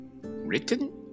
written